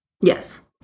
Yes